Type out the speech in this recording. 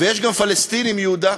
ויש גם פלסטינים, יהודה,